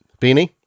Beanie